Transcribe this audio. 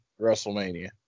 WrestleMania